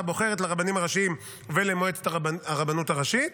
הבוחרת לרבנים הראשיים ולמועצת הרבנות הראשית.